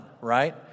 right